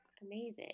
Amazing